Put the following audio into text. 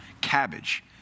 cabbage